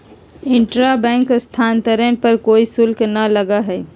intra bank स्थानांतरण पर कोई शुल्क ना लगा हई